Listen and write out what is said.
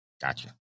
Gotcha